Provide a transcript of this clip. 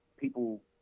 people